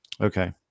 okay